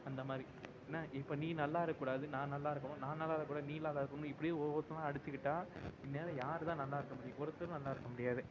அந்த மாதிரி என்ன இப்போ நீ நல்லா இருக்கக்கூடாது நான் நல்லா இருக்கணும் நான் நல்லா இருக்கக்கூடாது நீ நல்லா இருக்கணுன்னு இப்படியே ஒவ்வொருத்தனாக அடித்துக்கிட்டா இந்நேரம் யார் தான் நல்லா இருக்க முடியும் ஒருத்தனும் நல்லா இருக்க முடியாது